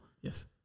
Yes